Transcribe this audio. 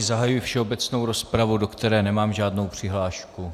Zahajuji všeobecnou rozpravu, do které nemám žádnou přihlášku.